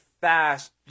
fast